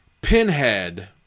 Pinhead